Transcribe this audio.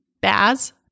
Baz